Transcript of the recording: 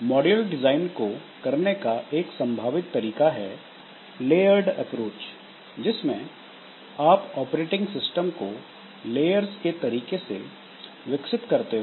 modular design को करने का एक संभावित तरीका है लेयर्ड अप्रोच जिसमें आप ऑपरेटिंग सिस्टम को लेयर्स के तरीके से विकसित करते हो